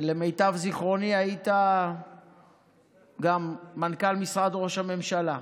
למיטב זיכרוני היית גם מנכ"ל משרד ראש הממשלה,